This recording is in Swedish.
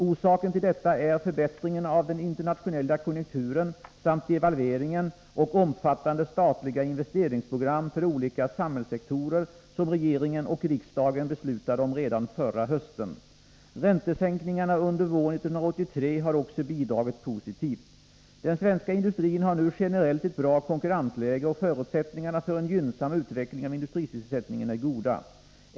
Orsaken till detta är förbättringen av den internationella konjunkturen samt devalveringen och omfattande statliga investeringsprogram för olika samhällssektorer som regeringen och riksdagen beslutade om redan förra hösten. Räntesänkningarna under våren 1983 har också bidragit positivt. Den svenska industrin har nu generellt ett bra konkurrensläge, och förutsättningarna för en gynnsam utveckling av industrisysselsättningen är goda.